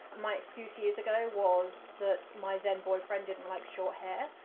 my excuse years ago was that my then boyfriend didn't like short hair,